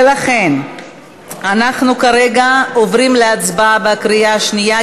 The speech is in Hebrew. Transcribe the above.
ולכן אנחנו כרגע עוברים להצבעה בקריאה שנייה,